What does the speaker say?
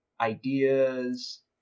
ideas